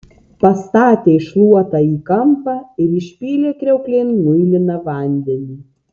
pastatė šluotą į kampą ir išpylė kriauklėn muiliną vandenį